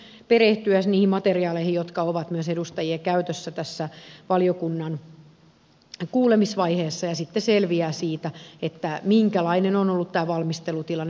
minusta on hyvä nyt perehtyä niihin materiaaleihin jotka ovat myös edustajien käytössä tässä valiokunnan kuulemisvaiheessa ja siitä sitten selviää minkälainen on ollut tämä valmistelutilanne